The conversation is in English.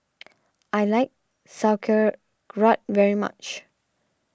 I like Sauerkraut very much